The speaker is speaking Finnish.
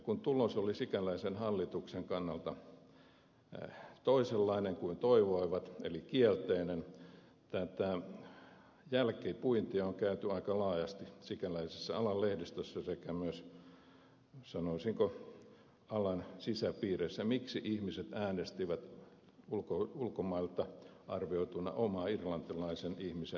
kun tulos oli sikäläisen hallituksen kannalta toisenlainen kuin toivoivat eli kielteinen tätä jälkipuintia on käyty aika laajasti sikäläisessä alan lehdistössä sekä myös sanoisinko alan sisäpiireissä miksi ihmiset äänestivät ulkomailta arvioituna omaa irlantilaisen ihmisen etua vastaan